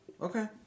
Okay